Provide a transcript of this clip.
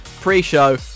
pre-show